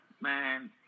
man